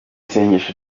isengesho